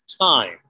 time